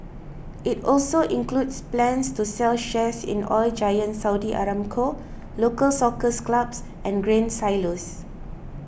it also includes plans to sell shares in Oil Giant Saudi Aramco Local Soccer Clubs and Grain Silos